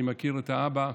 אני מכיר את האבא.